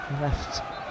left